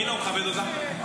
מי לא מכבד אותה?